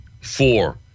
four